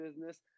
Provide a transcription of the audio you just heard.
business